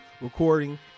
recording